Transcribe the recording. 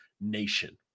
nation